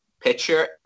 picture